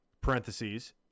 parentheses